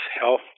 health